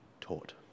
taught